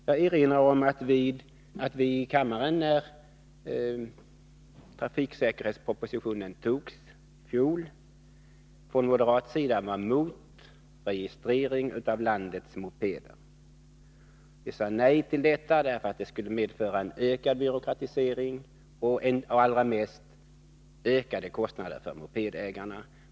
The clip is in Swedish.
Jag erinrar om att vi från moderat sida när trafiksäkerhetspropositionen i fjolantogsi kammaren var emot registrering av landets mopeder. Vi sade nej till det förslaget — det skulle medföra en ökad byråkratisering och framför allt ökade kostnader för mopedägarna.